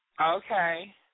okay